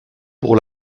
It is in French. pour